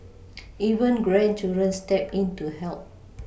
even grandchildren step in to help